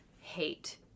hate